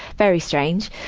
very strange.